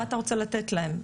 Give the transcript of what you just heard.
מה אתה רוצה לתת להם?